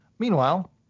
Meanwhile